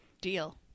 Deal